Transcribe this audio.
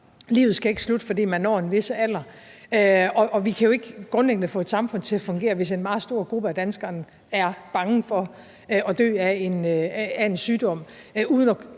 Livet skal ikke slutte, fordi man når en vis alder, og vi kan jo ikke grundlæggende få samfundet til at fungere, hvis en meget stor gruppe af danskerne er bange for at dø af en sygdom,